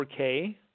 4K